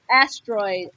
Asteroid